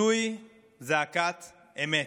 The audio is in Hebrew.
זוהי זעקת אמת.